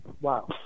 Wow